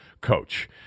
coach